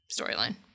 storyline